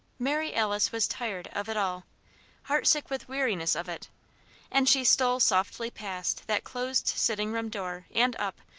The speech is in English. mary alice was tired of it all heartsick with weariness of it and she stole softly past that closed sitting-room door and up,